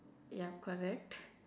ya correct